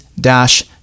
dash